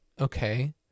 Okay